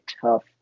tough